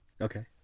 Okay